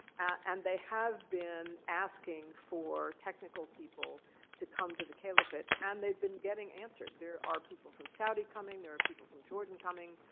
and they have been asking for technical people to come to the caliphate. and they've been getting answered. there are people from saudi coming. there are people from jordan coming.